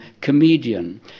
comedian